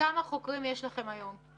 וכמה חוקרים יש לכם היום?